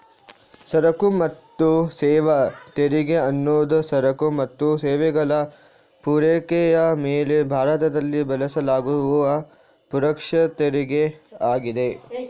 ಸರಕು ಮತ್ತು ಸೇವಾ ತೆರಿಗೆ ಅನ್ನುದು ಸರಕು ಮತ್ತು ಸೇವೆಗಳ ಪೂರೈಕೆಯ ಮೇಲೆ ಭಾರತದಲ್ಲಿ ಬಳಸಲಾಗುವ ಪರೋಕ್ಷ ತೆರಿಗೆ ಆಗಿದೆ